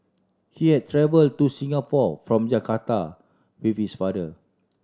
he had travel to Singapore from Jakarta with his father